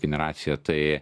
generacija tai